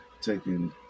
taking